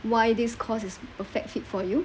why this course is perfect hit for you